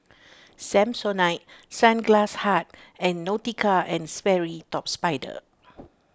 Samsonite Sunglass Hut and Nautica and Sperry Top Sider